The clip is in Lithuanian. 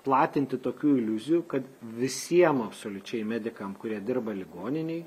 platinti tokių iliuzijų kad visiem absoliučiai medikam kurie dirba ligoninėj